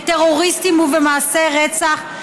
בטרוריסטים ובמעשי רצח,